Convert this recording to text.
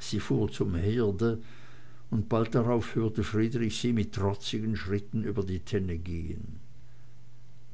sie fuhr zum herde und bald darauf hörte friedrich sie mit trotzigen schritten über die tenne gehen